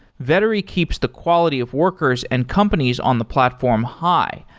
vettery keeps the quality of workers and companies on the platform high,